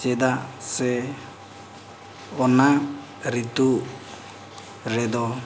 ᱪᱮᱫᱟᱜ ᱥᱮ ᱚᱱᱟ ᱨᱤᱛᱩ ᱨᱮᱫᱚ